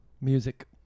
Music